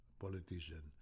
politician